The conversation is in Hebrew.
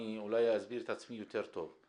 אני אולי אסביר את עצמי יותר טוב.